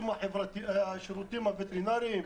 השירותים הווטרינריים,